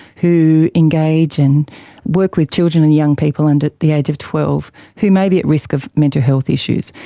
who engage and work with children and young people under the age of twelve who may be at risk of mental health issues.